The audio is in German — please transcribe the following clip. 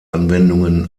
anwendungen